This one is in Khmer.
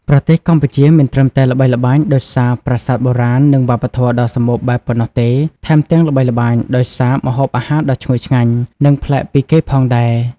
ប្រទេសកម្ពុជាមិនត្រឹមតែល្បីល្បាញដោយសារប្រាសាទបុរាណ និងវប្បធម៌ដ៏សម្បូរបែបប៉ុណ្ណោះទេ ថែមទាំងល្បីល្បាញដោយសារ ម្ហូបអាហារដ៏ឈ្ងុយឆ្ងាញ់ និងប្លែកពីគេផងដែរ ។